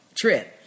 trip